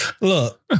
Look